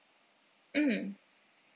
mm